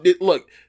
Look